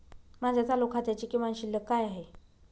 माझ्या चालू खात्याची किमान शिल्लक काय आहे?